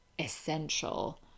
essential